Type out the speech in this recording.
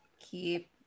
keep